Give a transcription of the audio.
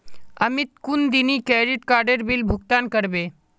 अमित कुंदिना क्रेडिट काडेर बिल भुगतान करबे